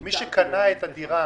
מי שקנה את הדירה